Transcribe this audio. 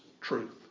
truth